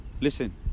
Listen